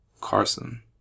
Carson